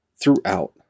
throughout